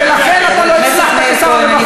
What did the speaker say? ולכן אתה לא הצלחת כשר הרווחה.